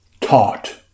taught